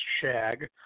Shag